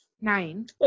Nine